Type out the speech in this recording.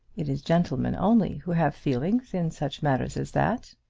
it is gentlemen only who have feelings in such matters as that.